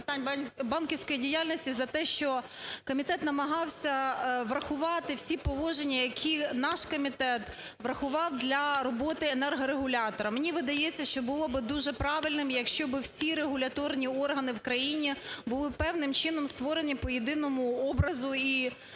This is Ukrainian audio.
питань банківської діяльності за те, що комітет намагався врахувати всі положення, які наш комітет врахував для роботи енергорегулятора. Мені видається, що було би дуже правильним, якщо би всі регуляторні органи в країні були певним чином створені по єдиному образу і подібності.